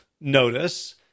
notice